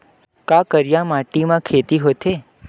का करिया माटी म खेती होथे?